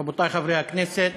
רבותי חברי הכנסת,